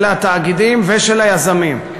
של התאגידים ושל היזמים.